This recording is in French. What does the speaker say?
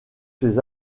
ces